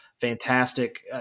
fantastic